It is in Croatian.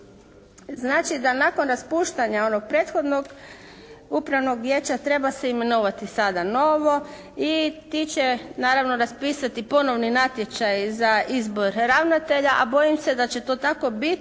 Znači da nakon raspuštanja onog prethodnog Upravnog vijeća treba se imenovati sada novo i ti će naravno raspisati ponovni natječaj za izbor ravnatelja, a bojim se da će to tako biti